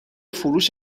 فروش